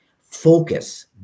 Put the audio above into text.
focus